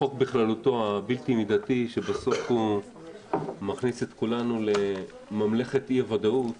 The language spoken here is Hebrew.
החוק הבלתי מידתי בכללותו שבסוף הוא מכניס את כולנו לממלכת אי-הוודאות